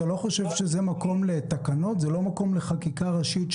אתה לא חושב שזה צריך לבוא בתקנות ולא בחקיקה ראשית,